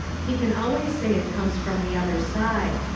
he can always say it comes from the other side.